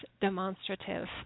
demonstrative